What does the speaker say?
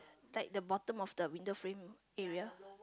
like the bottom of the window frame area